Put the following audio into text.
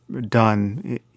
done